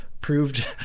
proved